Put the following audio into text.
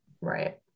Right